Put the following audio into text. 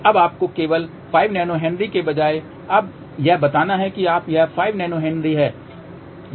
अब आपको केवल 5 नैनो हेनरी के बजाय अब यह बताना है और यह 5 नैनो हेनरी है